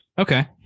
Okay